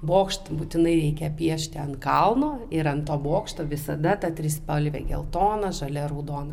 bokšte būtinai reikia piešti ant kalno ir ant bokšto visada ta trispalvė geltona žalia raudona